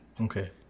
okay